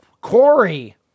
Corey